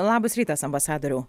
labas rytas ambasadoriau